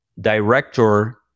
director